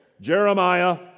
Jeremiah